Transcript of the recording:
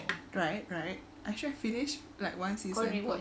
right right I should have finished like one season